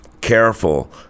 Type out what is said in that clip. careful